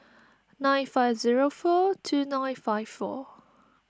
nine five zero four two nine five four